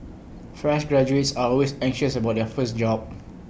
fresh graduates are always anxious about their first job